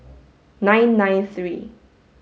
nine nine three